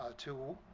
ah to